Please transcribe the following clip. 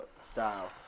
style